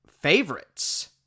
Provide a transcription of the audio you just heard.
Favorites